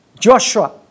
Joshua